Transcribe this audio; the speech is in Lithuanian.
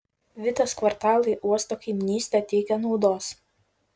vitės kvartalui uosto kaimynystė teikia naudos